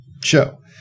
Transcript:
show